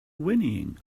whinnying